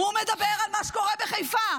הוא מדבר על מה שקורה בחיפה.